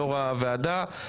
יושב-ראש הוועדה,